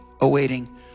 awaiting